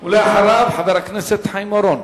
אחריו, חבר הכנסת חיים אורון.